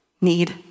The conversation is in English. need